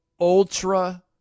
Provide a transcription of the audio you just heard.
ultra